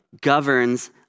governs